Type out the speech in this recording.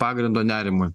pagrindo nerimui